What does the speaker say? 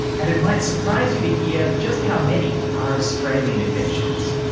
and it might surprise you to hear just how many are australian inventions.